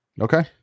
Okay